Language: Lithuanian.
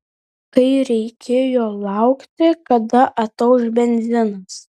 kai reikėjo laukti kada atauš benzinas